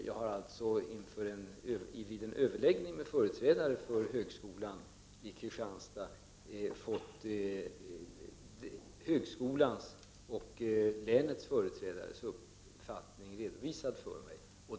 Jag har alltså vid en överläggning med företrädare för högskolan i Kristianstad fått högskolans och länets företrädares uppfattning redovisad för mig.